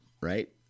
Right